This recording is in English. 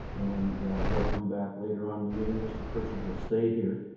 and they'll come back later on in the meeting. mr. pritchard will stay here.